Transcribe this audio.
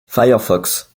firefox